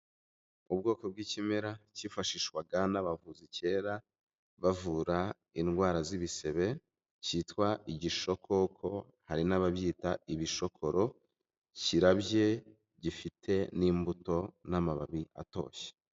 Ubwoko bw'ikimera cyifashishwaga n'abavuzi kera bavura indwara z'ibisebe kitwa igishokoko hari n'ababyita ibishokoro, kirabye gifite n'imbuto n'amababi atoshye.